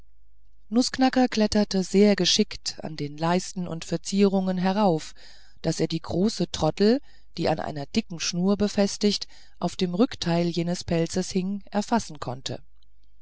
nußknacker kletterte sehr geschickt an den leisten und verzierungen herauf daß er die große troddel die an einer dicken schnur befestigt auf dem rückteile jenes pelzes hing erfassen konnte